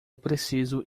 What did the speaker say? preciso